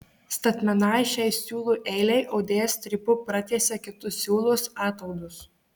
statmenai šiai siūlų eilei audėjas strypu pratiesia kitus siūlus ataudus